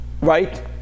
right